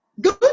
Good